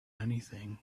anything